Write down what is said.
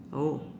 oh